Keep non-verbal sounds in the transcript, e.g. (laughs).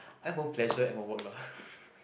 add more pleasure add more work lah (laughs)